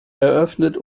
eröffnet